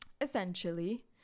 essentially